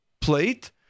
plate